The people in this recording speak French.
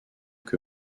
que